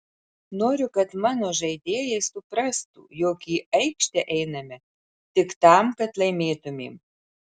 noriu kad mano žaidėjai suprastų jog į aikštę einame tik tam kad laimėtumėm